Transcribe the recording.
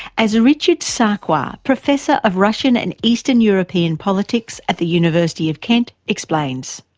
as richard sakwa, professor of russian and eastern european politics at the university of kent, explains.